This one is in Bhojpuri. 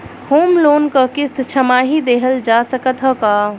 होम लोन क किस्त छमाही देहल जा सकत ह का?